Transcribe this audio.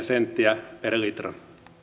senttiä per litra